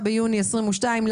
29 ביוני 2022,